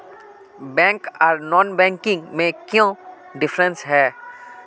Bank आर non banking में क्याँ डिफरेंस है?